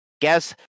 guess